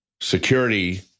security